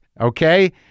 okay